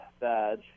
badge